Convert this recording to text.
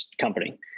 company